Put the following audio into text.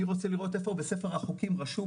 אני רוצה לראות איפה בספר החוקים רשום